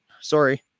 Sorry